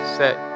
set